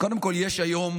קודם כול, יש היום